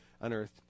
Unearthed